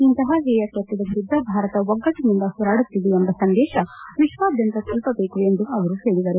ಇಂಥ ಹೇಯ ಕೃತ್ವದ ವಿರುದ್ಧ ಭಾರತ ಒಗ್ಗಟ್ಟನಿಂದ ಹೋರಾಡುತ್ತಿದೆ ಎಂಬ ಸಂದೇಶ ವಿಶ್ವಾದ್ಯಂತ ತಲುಪಬೇಕು ಎಂದು ಅವರು ಹೇಳಿದರು